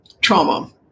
trauma